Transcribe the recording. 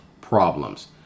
problems